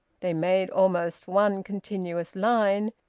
they made almost one continuous line,